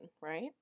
right